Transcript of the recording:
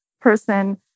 person